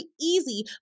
easy